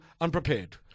unprepared